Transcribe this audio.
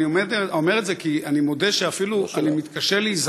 אני אומר את זה כי אני מודה שאפילו אני מתקשה להיזכר,